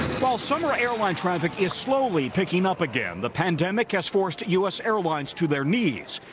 while summer airline traffic is slowly picking up again, the pandemic has forced u s. airlines to their knees.